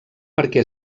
perquè